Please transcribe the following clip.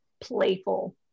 playful